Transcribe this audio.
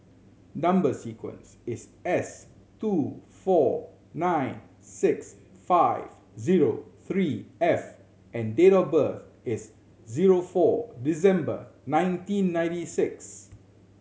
number sequence is S two four nine six five zero three F and date of birth is zero four December nineteen ninety six